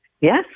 Yes